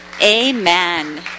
Amen